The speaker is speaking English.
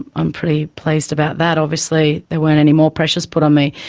i'm pretty pleased about that, obviously there weren't any more pressures put on me.